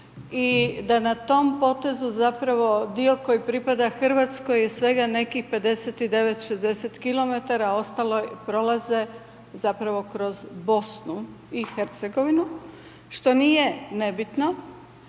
i da na tom potezu zapravo dio koji pripada Hrvatskoj je svega nekih 59, 60 km, ostalo prolaze zapravo kroz BiH što nije nebitno,